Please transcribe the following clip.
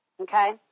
Okay